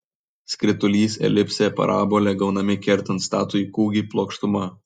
skritulys elipsė parabolė gaunami kertant statųjį kūgį plokštuma